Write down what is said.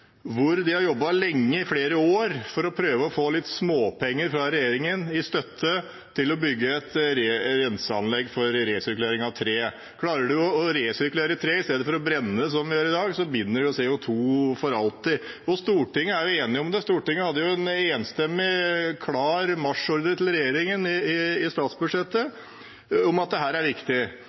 De har jobbet lenge, i flere år, for å prøve å få litt småpenger fra regjeringen i støtte til å bygge et renseanlegg for resirkulering av tre. Klarer man å resirkulere tre i stedet for å brenne det, slik vi gjør i dag, binder man CO 2 for alltid. På Stortinget er vi enige om det. Stortinget hadde en enstemmig klar marsjordre til regjeringen i statsbudsjettet om at dette er viktig.